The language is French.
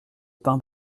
pain